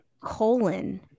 colon